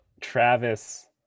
Travis